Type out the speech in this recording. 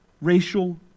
racial